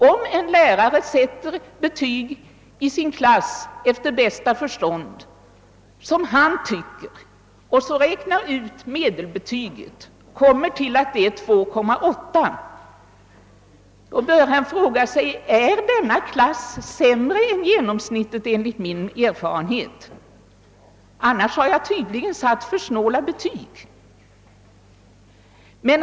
Om en lärare sätter betyg i sin klass efter bästa förstånd och kommer fram till att medelbetygssiffran är 2,8 bör han fråga sig: Är denna klass sämre än genomsnittet enligt min erfarenhet? Annars har jag tydligen satt för snåla betyg.